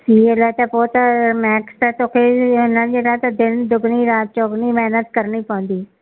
C A लाइ त पोइ त मैथ्स त तोखे हिनजे लाइ त दिन दुगुणी राति चौगणी महिनत करणी पवंदी